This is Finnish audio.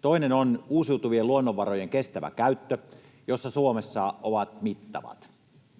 Toinen on uusiutuvien luonnonvarojen kestävä käyttö, joka Suomessa on mittavaa,